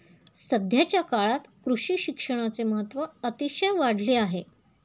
सध्याच्या काळात कृषी शिक्षणाचे महत्त्व अतिशय वाढले आहे